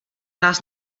nás